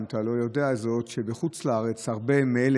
אם אתה לא יודע זאת: בחוץ לארץ הרבה מרוכשי